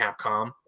Capcom